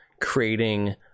creating